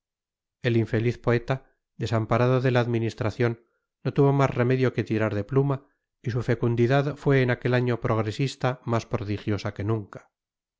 el infeliz poeta desamparado de la administración no tuvo más remedio que tirar de pluma y su fecundidad fue en aquel año progresista más prodigiosa que nunca